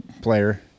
player